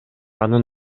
анын